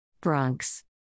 Bronx